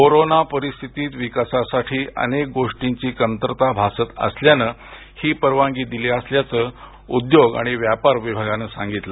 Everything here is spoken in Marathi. कोरोना परिस्थितीत विकासकामांसाठी अनेक गोष्टींची कमतरता भासत असल्यानं ही परवानगी दिली असल्याचं उद्योग आणि व्यापार विभागानं सांगितलं